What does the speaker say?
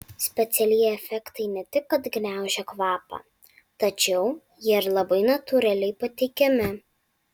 specialieji efektai ne tik kad gniaužia kvapą tačiau jie ir labai natūraliai pateikiami